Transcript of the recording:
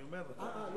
אני אומר ------ אבל,